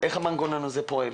המנגנון הזה פועל,